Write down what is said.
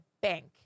bank